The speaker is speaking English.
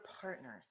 partners